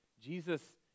Jesus